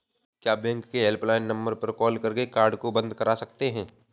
क्या बैंक के helpline number पर कॉल करके कार्ड को बंद करा सकते हैं?